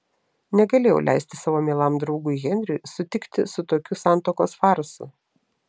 negalėjau leisti savo mielam draugui henriui sutikti su tokiu santuokos farsu